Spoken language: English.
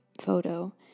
Photo